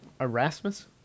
Erasmus